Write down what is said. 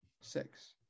six